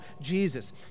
Jesus